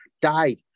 died